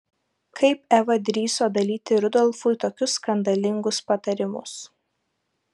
kaip eva drįso dalyti rudolfui tokius skandalingus patarimus